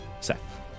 Seth